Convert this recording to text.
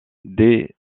des